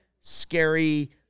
scary